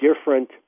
different